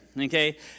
Okay